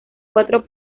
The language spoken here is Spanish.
cuatro